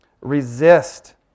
resist